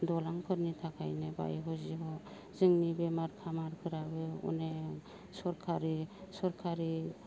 दलांफोरनि थाखायनो बायग' जिग' जोंनि बेमार खामारफ्राबो अनेख सरखारि सरखारि